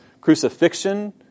crucifixion